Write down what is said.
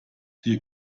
hier